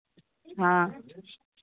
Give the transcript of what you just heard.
हाँ